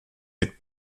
mit